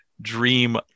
dream